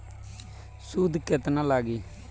सूद केतना लागी?